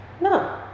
no